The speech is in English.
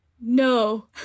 no